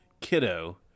kiddo